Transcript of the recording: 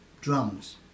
drums